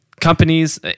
companies